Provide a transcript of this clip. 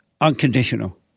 unconditional